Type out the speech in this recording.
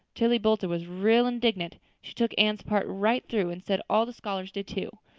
tillie boulter was real indignant. she took anne's part right through and said all the scholars did too.